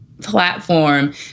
platform